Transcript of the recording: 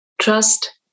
trust